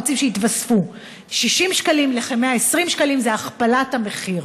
מ-60 שקלים לכ-120 שקלים, זו הכפלת המחיר,